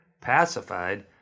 pacified